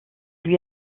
lui